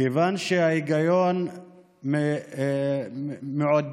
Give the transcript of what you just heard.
כיוון שההיגיון מעודד